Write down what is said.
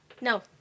No